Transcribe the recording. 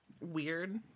weird